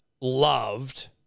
loved